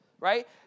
right